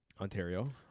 Ontario